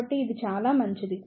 కాబట్టి ఇది చాలా మంచిది